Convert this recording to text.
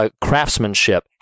craftsmanship